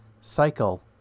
cycle